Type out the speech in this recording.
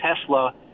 Tesla